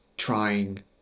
trying